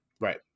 Right